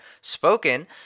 Spoken